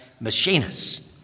machinists